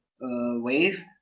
wave